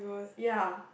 ya